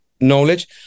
knowledge